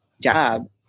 job